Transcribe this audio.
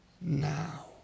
now